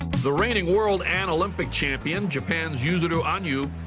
the reigning world and olympic champion, japan's yuzuru hanyu,